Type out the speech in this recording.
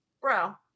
bro